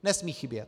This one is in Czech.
Nesmí chybět.